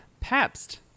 Pabst